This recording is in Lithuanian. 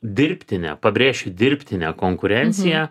dirbtinę pabrėšiu dirbtinę konkurenciją